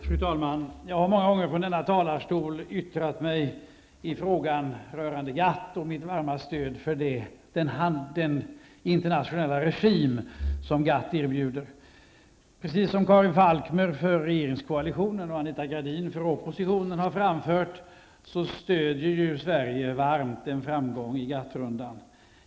Fru talman! Jag har många gånger från denna talarstol yttrat mig i frågan rörande GATT och gett mitt varma stöd för, den handel i internationell regim som GATT erbjuder. Precis som Karin Falkmer som representant för regeringskoalitionen och Anita Gradin för oppositionen har framfört stöder ju Sverige varmt en framgång i GATT rundan.